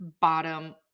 bottom